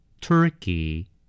Turkey